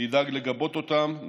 נדאג לגבות אותם,